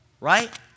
Right